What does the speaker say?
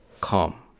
calm